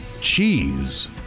Cheese